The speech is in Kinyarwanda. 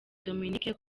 dominique